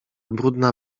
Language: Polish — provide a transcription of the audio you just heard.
brudna